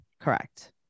Correct